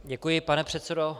Děkuji, pane předsedo.